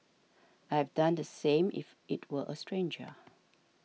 I have done the same if it were a stranger